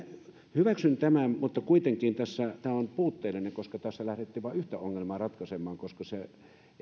hyväksyn siis tämän mutta kuitenkin tämä on puutteellinen koska tässä lähdettiin vain yhtä ongelmaa ratkaisemaan